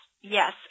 Yes